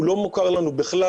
הוא לא מוכר לנו בכלל,